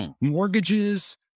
Mortgages